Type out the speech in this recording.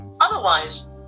Otherwise